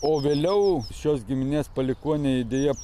o vėliau šios giminės palikuonių idėja